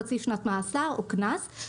חצי שנת מאסר או קנס.